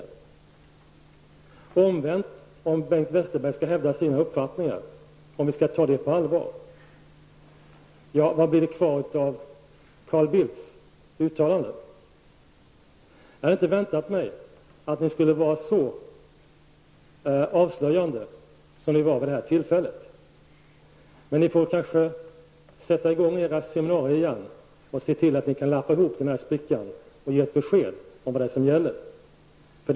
Och omvänt: Om Bengt Westerberg skall hävda sina uppfattningar och om vi skall ta dem på allvar, vad blir det då kvar av Carl Bildts uttalanden? Jag hade inte väntat mig att ni skulle vara så avslöjande som ni var vid det här tillfället. Men ni får kanske sätta i gång era seminarier igen och se till att ni kan lappa ihop sprickan och ge ett besked om vad det är som gäller.